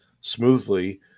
smoothly